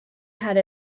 had